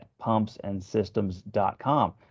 pumpsandsystems.com